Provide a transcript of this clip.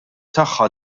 tagħha